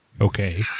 Okay